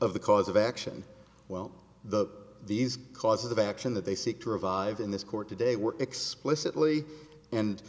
of the cause of action well the these causes of action that they seek to revive in this court today were explicitly and